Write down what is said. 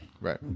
Right